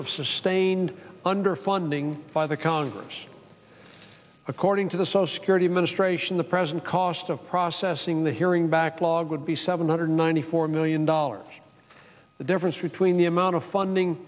of sustained underfunding by the congress according to the social security administration the present cost of processing the hearing backlog would be seven hundred ninety four million dollars the difference between the amount of funding